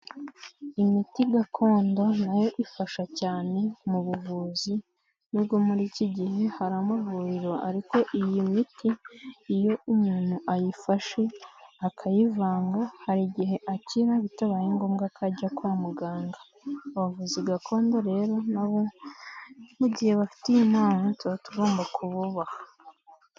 Imiti gakondo na yo ifasha cyane mu buvuzi n'ubwo muri iki gihe hari amuvuriro ariko iyi miti iyo umuntu ayifashe akayivanga hari igihe akira bitabaye ngombwa ko ajya kwa muganga, abavuzi gakondo rero na bo mu gihe bafiti iyi mpano tuba tugomba kububaha.